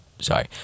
sorry